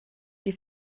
die